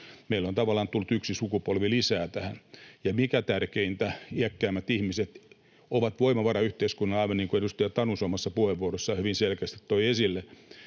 Meille on tavallaan tullut tähän yksi sukupolvi lisää. Ja mikä tärkeintä, iäkkäämmät ihmiset ovat voimavara yhteiskunnalle, aivan niin kuin edustaja Tanus omassa puheenvuorossaan hyvin selkeästi toi esille.